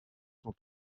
sont